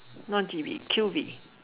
not G_V Q_V